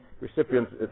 recipients